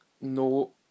No